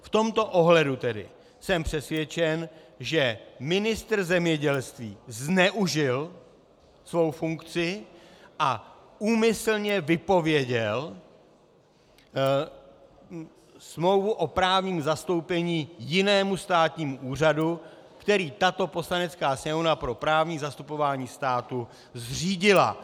V tomto ohledu tedy jsem přesvědčen, že ministr zemědělství zneužil svou funkci a úmyslně vypověděl smlouvu o právním zastoupení jinému státnímu úřadu, který tato Poslanecká sněmovna pro právní zastupování státu zřídila.